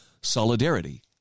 Solidarity